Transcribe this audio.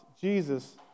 Jesus